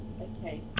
Okay